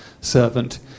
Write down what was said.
servant